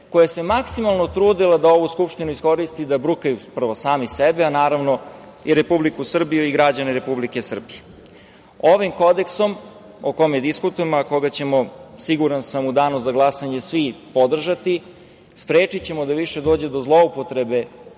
koja se maksimalno trudila da ovu Skupštinu iskoriste da brukaju prvo sami sebe, a naravno i Republiku Srbiju i građane Republike Srbije. Ovim kodeksom, o kome diskutujemo, a koga ćemo, siguran sam, u danu za glasanje svi podržati, sprečićemo da više dođe do zloupotrebe